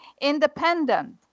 independent